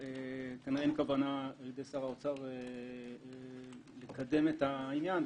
כנראה אין כוונה על ידי שר האוצר לקדם את העניין,